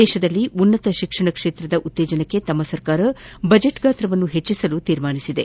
ದೇಶದಲ್ಲಿ ಉನ್ನತ ಶಿಕ್ಷಣ ಕ್ಷೇತ್ರದ ಉತ್ತೇಜನಕ್ಕೆ ತಮ್ಮ ಸರ್ಕಾರ ಬಜೆಟ್ ಗಾತ್ರವನ್ನು ಹೆಚ್ಚಿಸಲು ನಿರ್ಧರಿಸಿದೆ